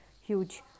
huge